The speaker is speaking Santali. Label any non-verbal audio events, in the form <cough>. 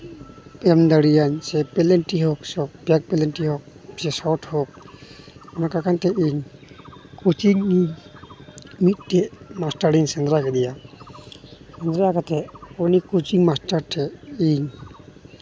ᱵᱟᱠᱚ ᱮᱢ ᱫᱟᱲᱮᱭᱟᱹᱧ ᱥᱮ ᱯᱞᱮᱱᱴᱤ ᱦᱚᱸ <unintelligible> ᱯᱞᱮᱱᱴᱤ ᱦᱳᱠ ᱥᱚᱨᱴ ᱦᱳᱠ ᱚᱱᱠᱟ ᱠᱟᱛᱮᱫ ᱤᱧ ᱠᱳᱪᱤᱝ ᱤᱧ ᱢᱤᱫᱴᱮᱱ ᱢᱟᱥᱴᱟᱨᱤᱧ ᱥᱮᱸᱫᱽᱨᱟ ᱠᱮᱫᱮᱭᱟ ᱥᱮᱸᱫᱽᱨᱟ ᱠᱟᱛᱮᱫ ᱩᱱᱤ ᱠᱳᱪᱤᱝ ᱢᱟᱥᱴᱟᱨ ᱴᱷᱮᱱᱤᱧ